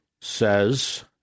says